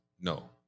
No